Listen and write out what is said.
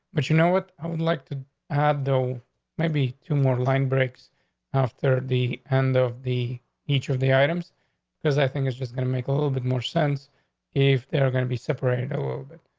but you know what? i would like to have the maybe two more line breaks after the end of the each of the items because i think it's just gonna make a little bit more sense if they're going to be separated a little bit.